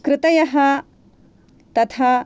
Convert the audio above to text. कृतयः तथा